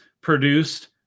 produced